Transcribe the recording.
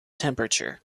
temperature